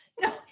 no